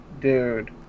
dude